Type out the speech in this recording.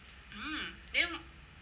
mmhmm then